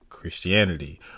christianity